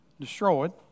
destroyed